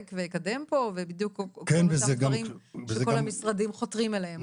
ויקדם פה ובדיוק כל הדברים שאנחנו ושכל המשרדים הממשלתיים חותרים אליהם.